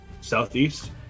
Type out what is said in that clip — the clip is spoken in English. southeast